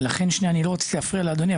לא רציתי להפריע לאדוני,